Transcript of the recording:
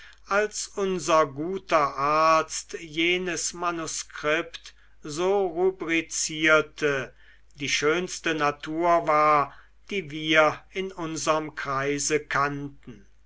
als unser guter arzt jenes manuskript so rubrizierte die schönste natur war die wir in unserm kreise kannten